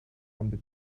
come